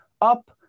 up